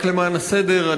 רק למען הסדר,